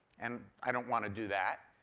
and i don't want to do that.